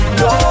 no